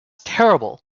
terrible